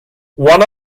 one